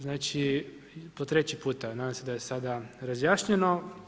Znači po treći puta, nadam se da je sada razjašnjeno.